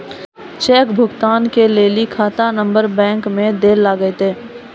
cheque भुगतान के लेली खाता नंबर बैंक मे दैल लागतै